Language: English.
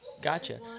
Gotcha